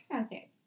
Okay